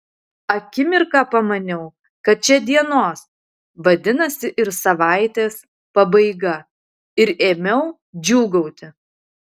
akimirką pamaniau kad čia dienos vadinasi ir savaitės pabaiga ir ėmiau džiūgauti